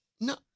No